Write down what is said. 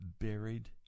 buried